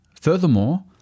Furthermore